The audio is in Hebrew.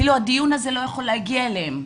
אפילו הדיון הזה לא יכול להגיע אליהם,